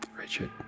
Richard